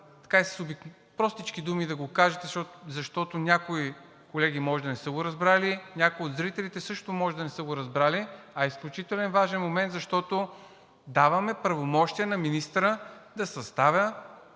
трябва с простички думи да го кажете, защото някои колеги може да не са го разбрали, някои от зрителите също може да не са го разбрали, а е изключително важен момент, защото даваме правомощия на министъра да съставя